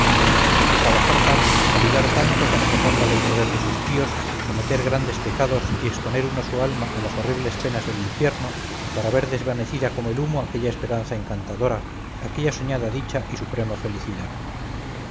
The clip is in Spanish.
trabajar tanto cavilar tanto para sacarla del poder de sus tíos cometer grandes pecados y exponer uno su alma a las horribles penas del infierno para ver desvanecida como el humo aquella esperanza encantadora aquella soñada dicha y suprema felicidad